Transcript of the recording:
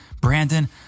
Brandon